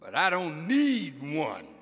but i don't need one